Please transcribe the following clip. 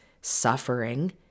suffering